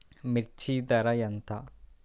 మిర్చి ధర ఎంత?